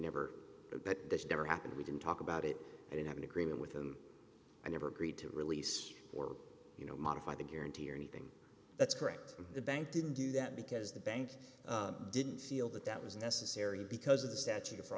never ever happened we didn't talk about it i didn't have an agreement with them i never agreed to release or you know modify the guarantee or anything that's correct the bank didn't do that because the bank didn't feel that that was necessary because of the statute